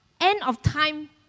end-of-time